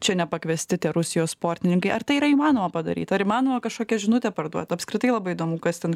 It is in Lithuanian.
čia nepakviesti tie rusijos sportininkai ar tai yra įmanoma padaryt ar įmanoma kažkokią žinutę parduot apskritai labai įdomu kas ten